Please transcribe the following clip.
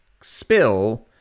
spill